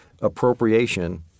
appropriation